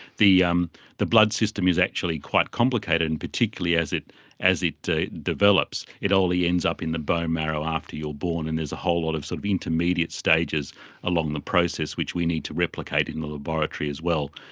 the um blood blood system is actually quite complicated, and particularly as it as it develops. it only ends up in the bone marrow after you are born and there's a whole lot of sort of intermediate stages along the process which we need to replicate in the laboratory as well.